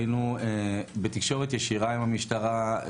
היינו בתקשורת ישירה עם המשטרה,